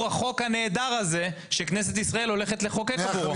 החוק הנהדר הזה שכנסת ישראל הולכת לחוקק אותו?